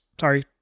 sorry